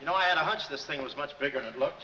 you know i had a hunch this thing was much bigger it look